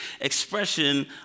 expression